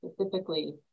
specifically